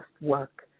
work